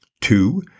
Two